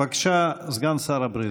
בבקשה, סגן שר הבריאות.